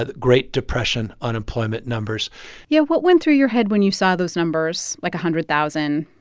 ah great depression unemployment numbers yeah. what went through your head when you saw those numbers, like, a hundred thousand?